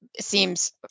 seems